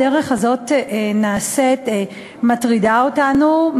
הדרך הזאת מטרידה אותנו,